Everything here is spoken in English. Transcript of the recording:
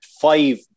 five